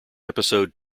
episode